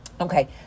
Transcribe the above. Okay